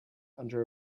under